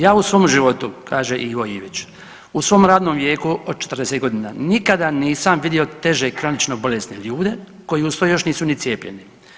Ja u svom životu kaže Ivo Ivić, u svom radnom vijeku od 40 godina nikada nisam vidio teže kronično bolesne ljude koji uz to još nisu ni cijepljeni.